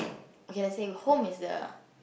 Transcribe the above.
okay let's say home is the